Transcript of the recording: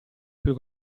più